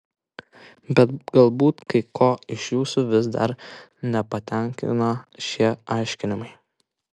bet galbūt kai ko iš jūsų vis dar nepatenkina šie aiškinimai